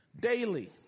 Daily